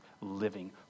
living